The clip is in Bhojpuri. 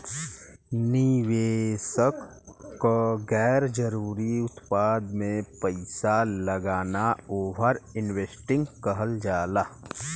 निवेशक क गैर जरुरी उत्पाद में पैसा लगाना ओवर इन्वेस्टिंग कहल जाला